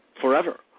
forever